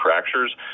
fractures